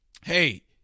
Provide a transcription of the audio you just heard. Hey